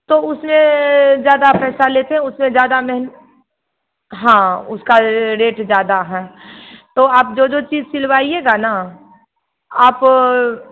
तो उसे ज्यादा पैसा लेते हैं उसे ज्यादा मेहन हाँ उसका रेट ज्यादा है तो आप जो जो चीज सिलवाइएगा ना आप